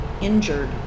injured